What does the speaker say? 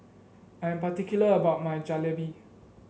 I am particular about my Jalebi